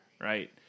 right